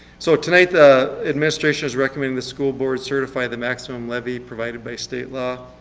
so tonight, ah administration is recommending the school board certify the maximum levy provided by state law.